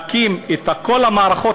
להקים את כל המערכות,